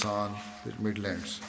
Midlands